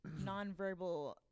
nonverbal